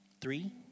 Three